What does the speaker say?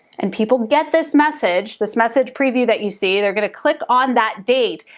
and people get this message, this message preview that you see, they're gonna click on that date,